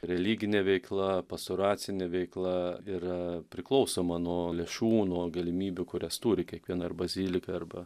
religinė veikla pastoracinė veikla yra priklausoma nuo lėšų nuo galimybių kurias turi kiekviena ir bazilika arba